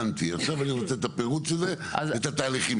עכשיו אני רצה את הפירוט של זה, ואת התהליכים.